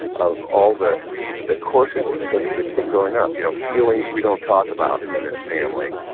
of all the the courses you took as a kid growing up, you know feelings we don't talk about in the family,